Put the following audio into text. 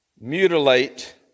mutilate